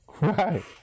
right